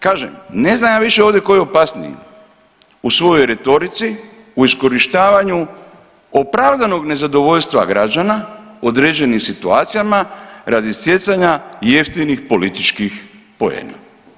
Kažem ne znam ja više ovdje tko je opasniji u svojoj retorici, u iskorištavanju opravdanog nezadovoljstva građana određenim situacijama radi stjecanja jeftinih političkih poena.